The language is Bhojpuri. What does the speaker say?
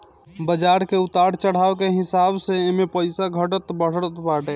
बाजार के उतार चढ़ाव के हिसाब से एमे पईसा घटत बढ़त बाटे